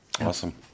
Awesome